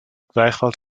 gleichfalls